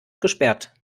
gesperrt